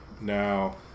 now